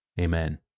Amen